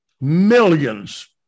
millions